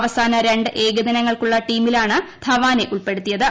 അവസാന രണ്ട് ഏകദിനങ്ങൾക്കുള്ള ടീമില്ലാണ് ധവാനെ ഉൾപ്പെടുത്തിയത്